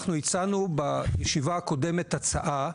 אנחנו הצענו בישיבה הקודמת הצעה,